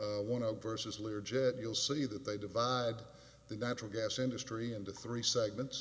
of one of versus learjet you'll see that they divide the natural gas industry into three segments